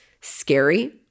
scary